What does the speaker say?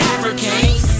Africans